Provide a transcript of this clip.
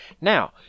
now